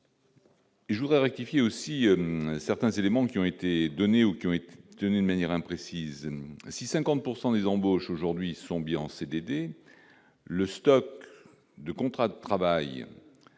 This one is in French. Je voudrais rectifier aussi certains éléments qui ont été données aux qui ont été tenus de manière imprécise ainsi 50 pourcent des des embauches aujourd'hui son billet en CDD, le stock de contrat de travail demeure